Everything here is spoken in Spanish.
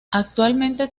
actualmente